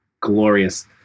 Glorious